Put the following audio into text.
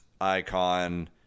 icon